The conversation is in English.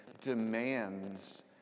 demands